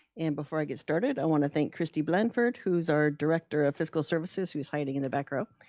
and before i get started, i want to thank kristy blandford, who's our director of fiscal services who's hiding in the back row.